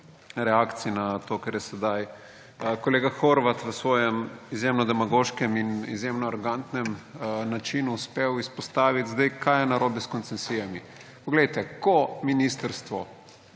reakcij na to, kar je sedaj kolegu Horvatu s svojim izjemno demagoškim in izjemno arogantnim načinom uspelo izpostaviti. Kaj je narobe s koncesijami? Ko ministrstvo